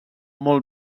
molt